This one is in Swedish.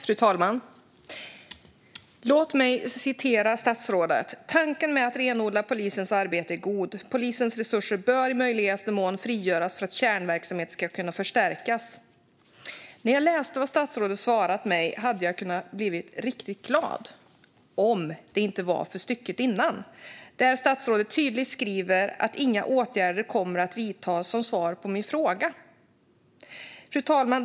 Fru talman! Låt mig citera statsrådet: "Tanken med att renodla polisens arbete är god. Polisens resurser bör i möjligaste mån frigöras för att kärnverksamheten ska kunna förstärkas." När jag läste vad statsrådet svarat mig hade jag kunnat bli riktigt glad om det inte vore för stycket innan, där statsrådet tydligt som svar på min fråga skriver att inga åtgärder kommer att vidtas.